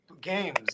games